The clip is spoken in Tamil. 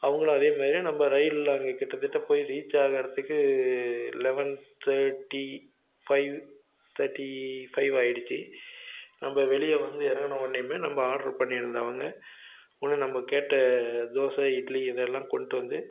அவங்களும் அதே மாரி நம்ம ரயிலில் அங்கே கிட்டத்தட்ட போய் ரீச் ஆகுறத்துக்கு eleven thirty five thirty five ஆகிடுச்சி நம்ம வெளியே வந்து இறங்குன உடனையுமே நம்ம ஆர்டர் பண்ணியிருந்தவங்க உடனே நம்ம கேட்ட தோசை இட்லி இதெல்லாம் கொண்டு வந்து